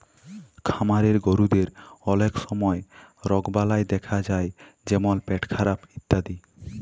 খামারের গরুদের অলক সময় রগবালাই দ্যাখা যায় যেমল পেটখারাপ ইত্যাদি